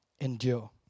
endure